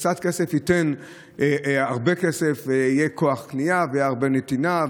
וקצת כסף ייתן הרבה כסף ויהיה כוח קנייה ותהיה הרבה נתינה,